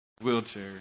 wheelchair